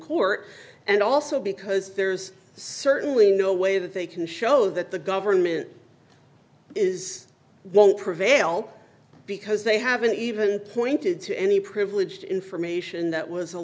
court and also because there's certainly no way that they can show that the government is won't prevail because they haven't even pointed to any privileged information that was a